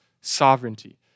sovereignty